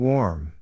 Warm